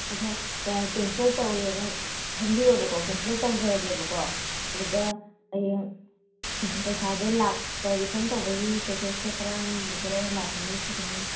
ꯑꯗꯣ ꯀꯦꯟꯁꯦꯜ ꯇꯧꯔꯦꯅ ꯈꯟꯕꯤꯔꯣꯕꯀꯣ ꯀꯦꯟꯁꯦꯜ ꯇꯧꯖꯔꯒꯦꯕꯀꯣ ꯑꯗꯨꯗ ꯍꯌꯦꯡ ꯄꯩꯁꯥꯗꯣ ꯂꯥꯛꯄ ꯔꯤꯐꯟ ꯇꯧꯕꯒꯤ ꯄ꯭ꯔꯣꯁꯦꯁꯇꯣ ꯀꯔꯝꯕꯗ ꯂꯥꯛꯀꯅꯤ ꯈꯣꯠꯀꯅꯤ